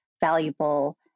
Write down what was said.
valuable